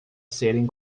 serem